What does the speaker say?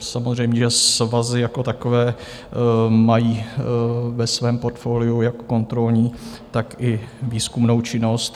Samozřejmě svazy jako takové mají ve svém portfoliu jak kontrolní, tak i výzkumnou činnost.